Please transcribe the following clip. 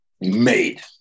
made